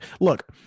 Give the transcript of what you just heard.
look